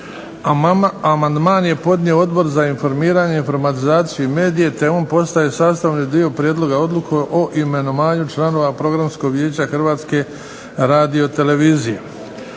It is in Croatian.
Amandman je podnio Odbor za informiranje, informatizaciju i medije, te on postaje sastavni dio prijedloga odluke o imenovanju članova Programskog vijeća HRTV-a. Želi